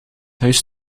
huis